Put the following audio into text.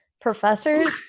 professors